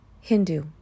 Hindu